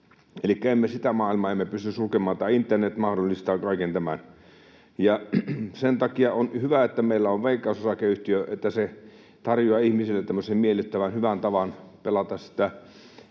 Elikkä sitä maailmaa emme pysty sulkemaan, internet mahdollistaa kaiken tämän. Sen takia on hyvä, että meillä on Veikkaus Osakeyhtiö, että se tarjoaa ihmisille tämmöisen miellyttävän, hyvän tavan pelata